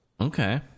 Okay